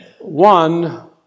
One